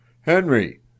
Henry